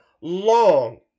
long